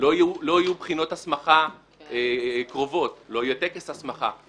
לא יהיו בחינות הסמכה קרובות, לא יהיה טקס הסמכה.